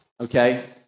Okay